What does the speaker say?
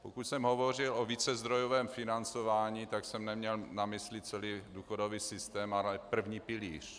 Pokud jsem hovořil o vícezdrojovém financování, tak jsem neměl na mysli celý důchodový systém, ale první pilíř.